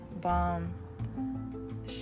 bomb